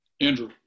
Andrew